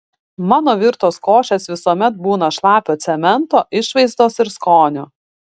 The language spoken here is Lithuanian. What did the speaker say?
mano virtos košės visuomet būna šlapio cemento išvaizdos ir skonio